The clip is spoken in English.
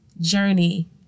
journey